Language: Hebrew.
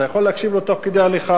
אתה יכול להקשיב לו תוך כדי הליכה,